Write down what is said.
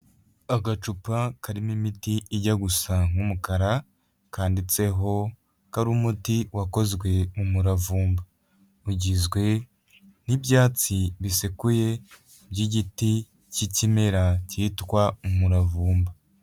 Agacupa karimo imiti ijya gusa nk'umukara kanditseho ko ari umuti wakozwe mu muravumba, ugizwe n'ibyatsi bisekuye by'igiti cy'ikimera cyitwa umuravumba.